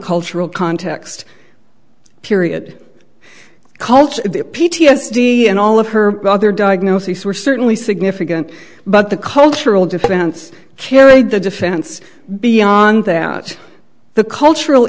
cultural context period culture the p t s d and all of her other diagnoses were certainly significant but the cultural defense carried the defense beyond that the cultural